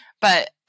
but-